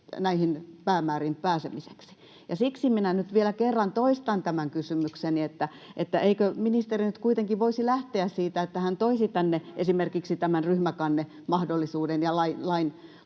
saanut aikaan!] Ja siksi minä nyt vielä kerran toistan tämän kysymykseni: eikö ministeri nyt kuitenkin voisi lähteä siitä, että hän toisi tänne esimerkiksi tämän ryhmäkannemahdollisuuden ja lain,